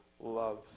love